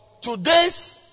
Today's